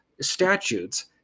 statutes